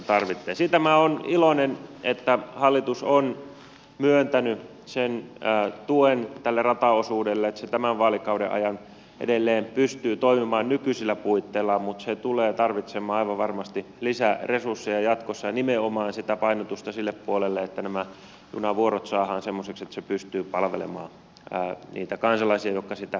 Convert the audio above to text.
siitä minä olen iloinen että hallitus on myöntänyt sen tuen tälle rataosuudelle että se tämän vaalikauden ajan edelleen pystyy toimimaan nykyisillä puitteillaan mutta se tulee tarvitsemaan aivan varmasti lisäresursseja jatkossa ja nimenomaan sitä painotusta sille puolelle että nämä junavuorot saadaan semmoisiksi että se pystyy palvelemaan niitä kansalaisia jotka sitä käyttävät